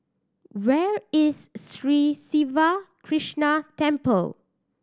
where is Sri Siva Krishna Temple